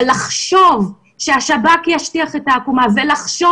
אבל לחשוב שהשב"כ ישטיח את העקומה ולחשוב